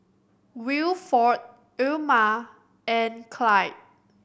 Wilford Ilma and Clide